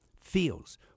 feels